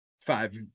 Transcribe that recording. five